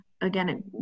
again